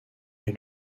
est